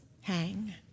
hang